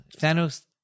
Thanos